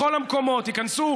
בכל המקומות ייכנסו,